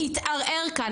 התערער כאן.